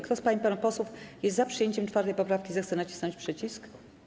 Kto z pań i panów posłów jest za przyjęciem 4. poprawki, zechce nacisnąć przycisk.